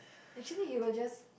actually you were just